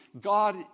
God